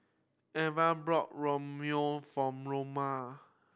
Eve bought Ramyeon for Loma